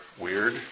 weird